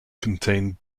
contain